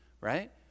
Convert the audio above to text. Right